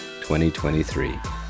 2023